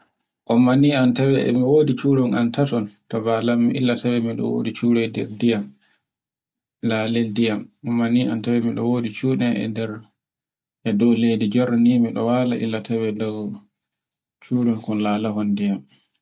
ngamma ni a tawai e mi wodi curol an tatol to balanmi illataimi curaide ndiyam, laleddiyam. Imma ni e untawai e mi wodi cuɗaimi e nder e dow leydi e jorni me jer curol kol lalahol ndiyam.